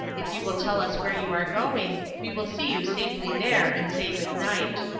if you will tell us where you are going, we will see you safely there and say good night.